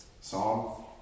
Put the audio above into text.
Psalm